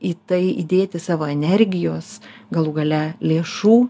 į tai įdėti savo energijos galų gale lėšų